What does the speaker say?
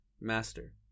master